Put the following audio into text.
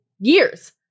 years